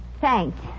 Thanks